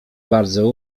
bardzo